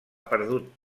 perdut